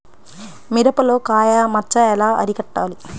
మిరపలో కాయ మచ్చ ఎలా అరికట్టాలి?